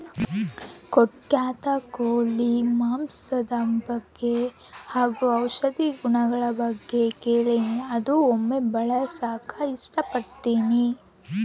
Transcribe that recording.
ಕಡಖ್ನಾಥ್ ಕೋಳಿ ಮಾಂಸದ ಬಗ್ಗೆ ಹಾಗು ಔಷಧಿ ಗುಣಗಳ ಬಗ್ಗೆ ಕೇಳಿನಿ ಅದ್ನ ಒಮ್ಮೆ ಬಳಸಕ ಇಷ್ಟಪಡ್ತಿನಿ